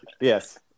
Yes